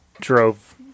drove